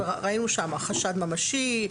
ראינו שם חשד ממשי,